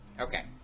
Okay